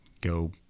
Go